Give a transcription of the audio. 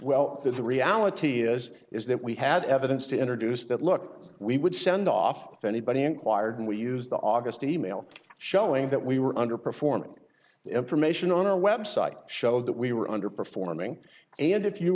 well the reality is is that we had evidence to introduce that look we would send off anybody inquired we use the august e mail showing that we were underperforming information on our website show that we were underperforming and if you